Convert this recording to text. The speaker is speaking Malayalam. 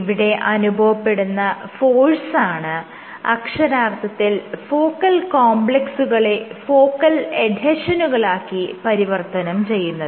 ഇവിടെ അനുഭവപ്പെടുന്ന ഫോഴ്സാണ് അക്ഷരാർത്ഥത്തിൽ ഫോക്കൽ കോംപ്ലെക്സുകളെ ഫോക്കൽ എഡ്ഹെഷനുകളാക്കി പരിവർത്തനം ചെയ്യുന്നത്